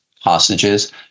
hostages